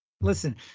listen